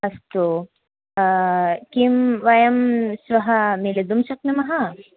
अस्तु किं वयं श्वः मिलितुं शक्नुमः